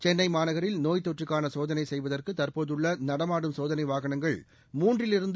சென்னை மாநகரில் நோய்த்தொற்றுக்கான சோதனை செய்வதற்கு தற்போதுள்ள நடமாடும் சோதனை வாகனங்கள் மூன்றிலிருந்து